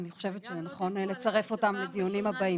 אני חושבת שנכון לצרף אותם לדיונים הבאים.